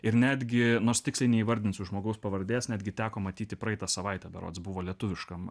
ir netgi nors tiksliai neįvardinsiu žmogaus pavardės netgi teko matyti praeitą savaitę berods buvo lietuviškam